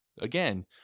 Again